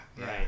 right